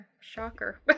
Shocker